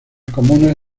comunes